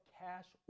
cash